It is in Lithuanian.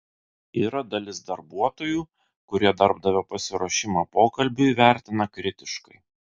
yra dalis darbuotojų kurie darbdavio pasiruošimą pokalbiui vertina kritiškai